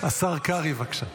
הם הבינו --- השר קרעי, בבקשה.